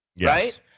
right